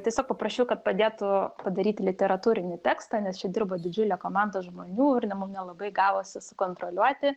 tiesiog paprašiau kad padėtų padaryti literatūrinį tekstą nes čia dirba didžiulė komanda žmonių ir nelabai gavosi sukontroliuoti